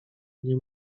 nie